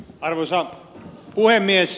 arvoisa puhemies